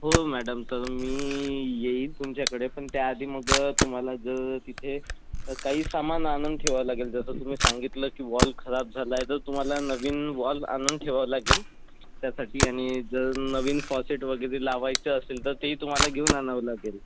हो मॅडम तर मी येईन तुमच्याकडे पण त्याआधी मग तुम्हाला जर तिथे काही सामान आणून ठेवावं लागेल जसं तुम्ही सांगितलं की वॉल खराब झालाय तर तुम्हाला नवीन वॉल आणून ठेवावं लागेल त्यासाठी आणि जर नवीन फॉसेट वगैरे लावायचं असेल तर तेही तुम्हाला घेऊन आणावं लागेल